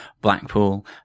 Blackpool